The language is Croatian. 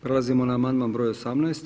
Prelazimo na amandman br. 18.